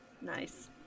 Nice